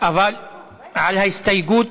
עם ההסתייגות?